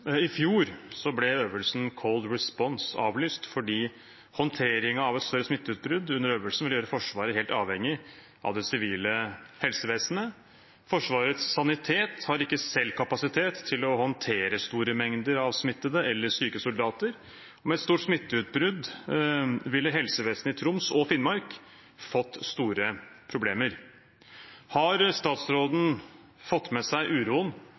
I fjor ble øvelsen Cold Response avlyst fordi håndteringen av et større smitteutbrudd under øvelsen ville gjøre Forsvaret helt avhengig av det sivile helsevesenet. Forsvarets sanitet har ikke selv kapasitet til å håndtere store mengder smittede eller syke soldater, og ved et stort smitteutbrudd ville helsevesenet i Troms og Finnmark fått store problemer. Har statsråden fått med seg uroen